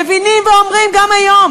מבינים ואומרים גם היום